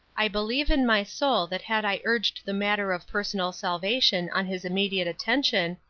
i believe in my soul that had i urged the matter of personal salvation on his immediate attention,